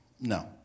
No